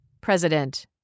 President